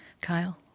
Kyle